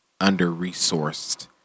under-resourced